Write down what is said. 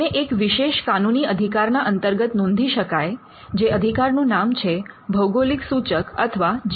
એને એક વિશેષ કાનૂની અધિકાર ના અંતર્ગત નોંધી શકાય જે અધિકારનું નામ છે ભૌગોલિક સૂચક અથવા GI